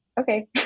okay